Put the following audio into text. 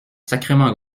sacrément